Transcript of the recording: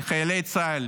לחיילי צה"ל,